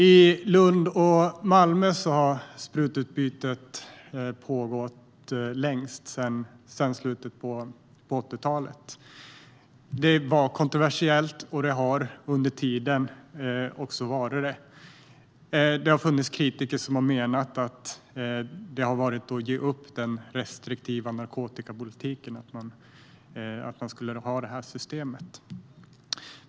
I Lund och Malmö har sprututbytet pågått längst, sedan slutet av 80talet. Det var kontroversiellt, och det har under tiden också varit kontroversiellt. Det har funnits kritiker som har menat att det har varit att ge upp den restriktiva narkotikapolitiken att ha det systemet.